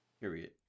Period